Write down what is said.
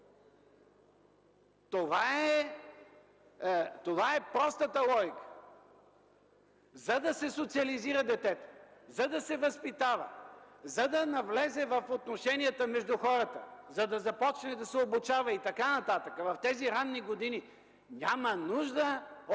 Това е простата логика! За да се социализира детето, за да се възпитава, за да навлезе в отношенията между хората, да започне да се обучава и така нататък, в тези ранни години няма нужда от